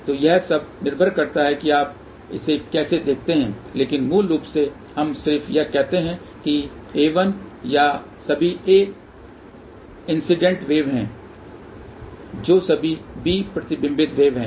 तो यह सब निर्भर करता है कि आप इसे कैसे देखते हैं लेकिन मूल रूप से हम सिर्फ यह कहते हैं कि a1 या सभी a इंसिडेंट वेव हैं जो सभी b प्रतिबिंबित वेव हैं